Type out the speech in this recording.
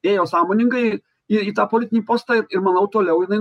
ėjo sąmoningai į į tą politinį postą ir manau toliau jinai